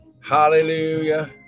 hallelujah